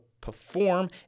perform